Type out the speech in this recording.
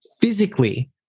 physically